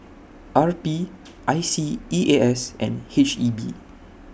R P I S E A S and H E B